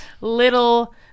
little